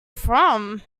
from